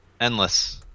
Endless